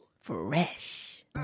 fresh